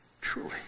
Truly